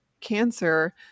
cancer